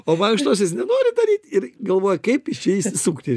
o mankštos jis nenori daryt ir galvoja kaip iš čia išsisukti